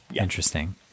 Interesting